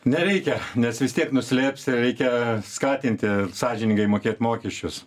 nereikia nes vis tiek nuslėps reikia skatinti sąžiningai mokėt mokesčius